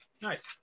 Nice